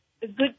Good